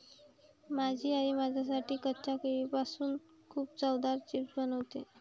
माझी आई माझ्यासाठी कच्च्या केळीपासून खूप चवदार चिप्स बनवते